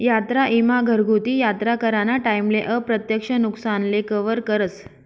यात्रा ईमा घरगुती यात्रा कराना टाईमले अप्रत्यक्ष नुकसानले कवर करस